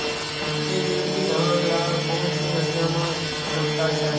HMT धान ल कोन से महिना म सप्ता चाही?